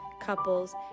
couples